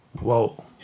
whoa